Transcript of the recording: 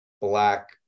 black